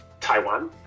Taiwan